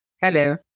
Hello